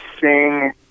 sing